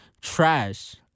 trash